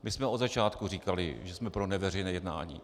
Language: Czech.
My jsme od začátku říkali, že jsme pro neveřejné jednání.